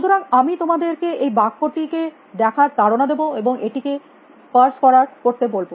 সুতরাং আমি তোমাদের কে এই বাক্যটিকে দেখার তাড়না দেব এবং এটিকে পার্স করতে বলব